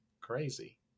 crazy